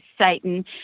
Satan